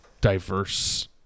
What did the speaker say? diverse